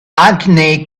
anthony